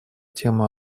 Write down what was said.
тему